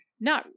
No